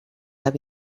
have